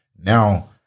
now